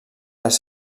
les